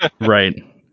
right